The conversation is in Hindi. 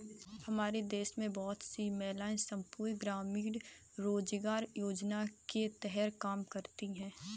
हमारे गांव में बहुत सी महिलाएं संपूर्ण ग्रामीण रोजगार योजना के तहत काम करती हैं